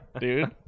dude